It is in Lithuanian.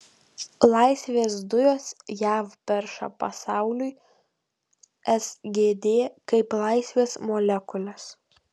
laisvės dujos jav perša pasauliui sgd kaip laisvės molekules